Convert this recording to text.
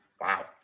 Wow